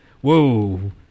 whoa